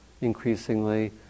increasingly